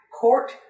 court